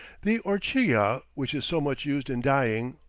the orchilla, which is so much used in dyeing,